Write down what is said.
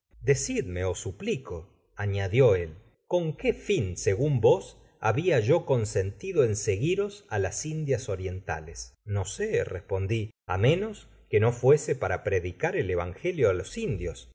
deeidme os suplico anadió él son qué fin segas vos habia yo consentido en seguiros á las indias orientales no sé respondi á menos que no fuese para predicar el evangelio á los indios